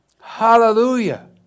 Hallelujah